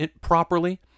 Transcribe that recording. properly